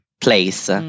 place